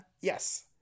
Yes